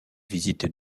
visite